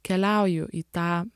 keliauju į tą